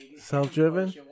Self-driven